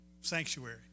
sanctuary